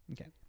Okay